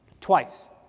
Twice